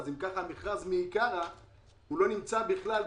אז אם כך המכרז לא נמצא שוויוני.